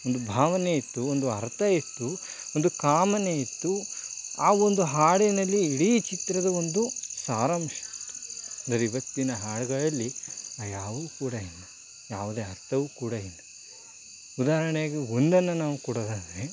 ಒಂದು ಭಾವನೆ ಇತ್ತು ಒಂದು ಅರ್ತ ಇತ್ತು ಒಂದು ಕಾಮನೆ ಇತ್ತು ಆ ಒಂದು ಹಾಡಿನಲ್ಲಿ ಇಡೀ ಚಿತ್ರದ ಒಂದು ಸಾರಾಂಶ ಇತ್ತು ಆದರೆ ಇವತ್ತಿನ ಹಾಡುಗಳಲ್ಲಿ ಆ ಯಾವುದು ಕೂಡ ಇಲ್ಲ ಯಾವುದೇ ಅರ್ಥವೂ ಕೂಡ ಇಲ್ಲ ಉದಾಹರ್ಣೆಗೆ ಒಂದನ್ನು ನಾವು ಕೊಡೋದಾದರೆ